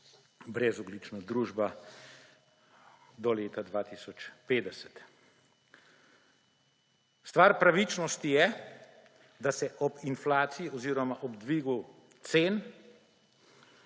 brezogljična družba do leta 2050. Stvar pravičnosti je, da se ob inflaciji oziroma ob dvigu cen